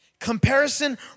Comparison